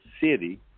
city